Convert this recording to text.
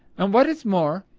and what is more,